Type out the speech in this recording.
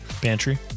Pantry